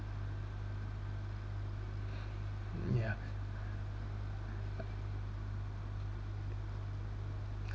ya